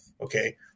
okay